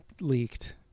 leaked